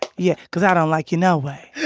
yeah, cause i don't like you no way.